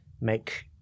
make